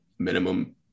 Minimum